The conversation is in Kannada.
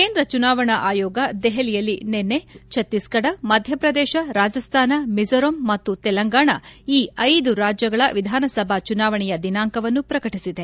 ಕೇಂದ್ರ ಚುನಾವಣಾ ಆಯೋಗ ದೆಹಲಿಯಲ್ಲಿ ನಿನ್ನೆ ಛತ್ತೀಸ್ಗಢ ಮಧ್ಯಪ್ರದೇಶ ರಾಜಸ್ತಾನ ಮಿಜೋರಾಂ ಮತ್ತು ತೆಲಂಗಾಣ ಈ ನ್ ರಾಜ್ಲಗಳ ವಿಧಾನಸಭಾ ಚುನಾವಣೆಯ ದಿನಾಂಕಗಳನ್ನು ಪ್ರಕಟಿಸಿದೆ